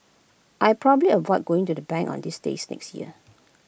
I probably avoid going to the bank on this days next year